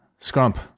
Scrump